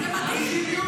זה מדהים.